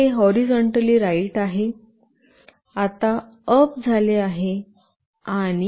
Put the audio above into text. आता हे horizontally right आहे आता अप झाले आहे